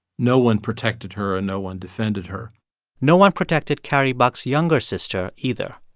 no one protected her, and no one defended her no one protected carrie buck's younger sister, either.